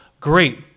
great